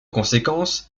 conséquence